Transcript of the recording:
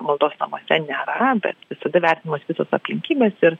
maldos namuose nėra bet visada vertinamos visos aplinkybės ir